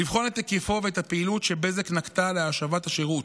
לבחון את היקפו ואת הפעילות שבזק נקטה להשבת השירות.